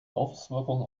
auswirkungen